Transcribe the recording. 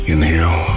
Inhale